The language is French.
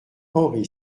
henri